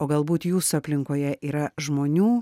o galbūt jūsų aplinkoje yra žmonių